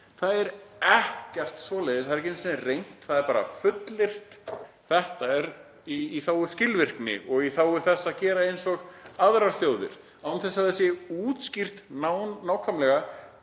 Það er ekkert svoleiðis, það er ekki einu sinni reynt. Það er bara fullyrt: Þetta er í þágu skilvirkni og í þágu þess að gera eins og aðrar þjóðir. Það er ekki útskýrt nákvæmlega